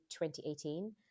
2018